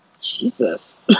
Jesus